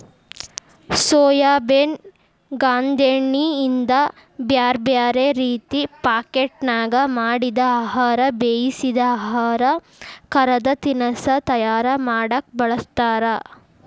soybean ಗಾಂದೇಣ್ಣಿಯಿಂದ ಬ್ಯಾರ್ಬ್ಯಾರೇ ರೇತಿ ಪಾಕೇಟ್ನ್ಯಾಗ ಮಾಡಿದ ಆಹಾರ, ಬೇಯಿಸಿದ ಆಹಾರ, ಕರದ ತಿನಸಾ ತಯಾರ ಮಾಡಕ್ ಬಳಸ್ತಾರ